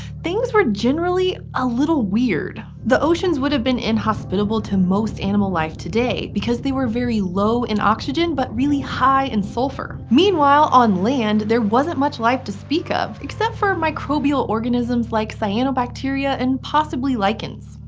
things were generally, a little weird. the oceans would have been inhospitable to most animal life today, because they were very low in oxygen but really high in sulfur. meanwhile, on land, there wasn't much life to speak of, except for microbial organisms, like cyanobacteria and possibly lichens.